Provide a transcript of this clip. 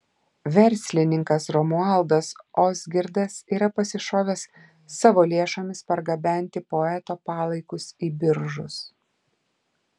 verslininkas romualdas ozgirdas yra pasišovęs savo lėšomis pargabenti poeto palaikus į biržus